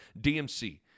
DMC